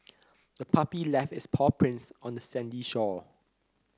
the puppy left its paw prints on the sandy shore